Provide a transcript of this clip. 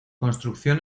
construcción